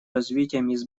развитием